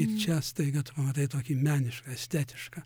ir čia staiga tu pamatai tokį menišką estetišką